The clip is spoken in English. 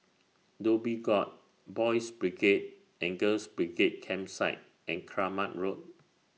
Dhoby Ghaut Boys' Brigade and Girls' Brigade Campsite and Kramat Road